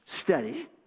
study